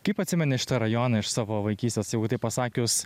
kaip atsimeni šitą rajoną iš savo vaikystės jeigu taip pasakius